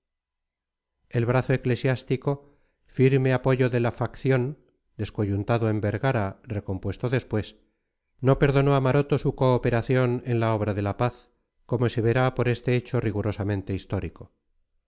el brazo eclesiástico firme apoyo de la facción descoyuntado en vergara recompuesto después no perdonó a maroto su cooperación en la obra de la paz como se verá por este hecho rigurosamente histórico